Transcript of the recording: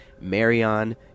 Marion